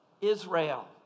Israel